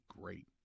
great